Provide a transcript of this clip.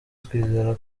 twizera